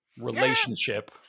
relationship